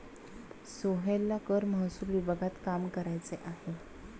सोहेलला कर महसूल विभागात काम करायचे आहे